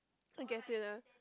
I guess it lah